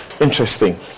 Interesting